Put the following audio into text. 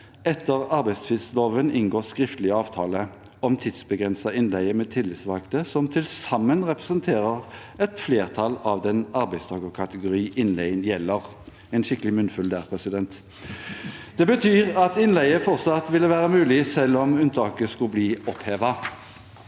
etter arbeidstvistloven inngå skriftlig avtale om tidsbegrenset innleie med tillitsvalgte, som til sammen representerer et flertall av den arbeidstakerkategori innleien gjelder – en skikkelig munnfull der. Det betyr at innleie fortsatt ville være mulig selv om unntaket skulle bli opphevet.